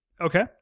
Okay